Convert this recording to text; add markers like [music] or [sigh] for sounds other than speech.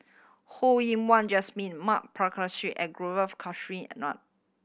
Ho Yen Wah Jesmine Ma Balakrishnan and Gaurav [unintelligible]